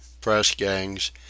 press-gangs